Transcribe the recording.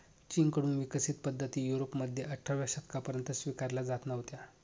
चीन कडून विकसित पद्धती युरोपमध्ये अठराव्या शतकापर्यंत स्वीकारल्या जात नव्हत्या